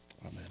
Amen